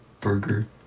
Burger